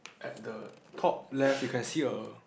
at the top left you can see a